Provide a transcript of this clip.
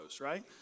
right